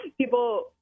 people